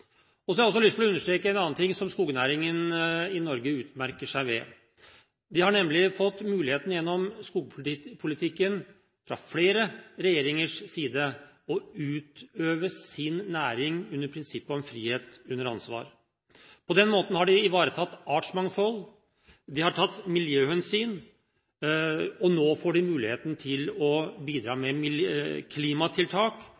arealene. Så har jeg også lyst til å understreke en annen ting som skognæringen i Norge utmerker seg ved. De har nemlig fått muligheten gjennom skogpolitikken, fra flere regjeringers side, til å utøve sin næring under prinsippet om frihet under ansvar. På den måten har de ivaretatt artsmangfold, de har tatt miljøhensyn, og nå får de muligheten til å bidra